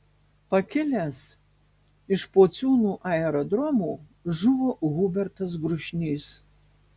pakilęs iš pociūnų aerodromo žuvo hubertas grušnys